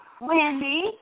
Wendy